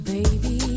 Baby